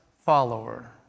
follower